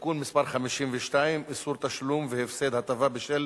(תיקון מס' 52) (איסור תשלום והפסד הטבה בשל